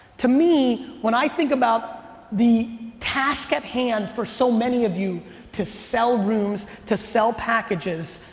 to me, when i think about the task at hand for so many of you to sell rooms, to sell packages,